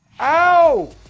Ow